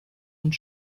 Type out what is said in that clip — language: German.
und